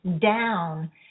down